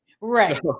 right